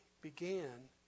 began